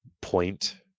point